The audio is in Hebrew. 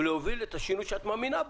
ולהוביל את השינוי שאת מאמינה בו.